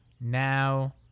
now